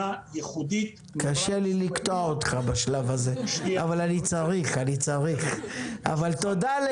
חוץ מבית משפט אין